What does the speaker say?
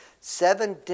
Seven